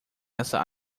essa